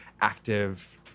active